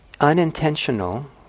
unintentional